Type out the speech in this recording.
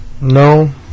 No